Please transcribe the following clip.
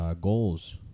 Goals